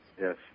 Yes